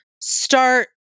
start